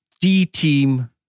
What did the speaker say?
D-team